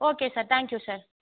okay sir thank you sir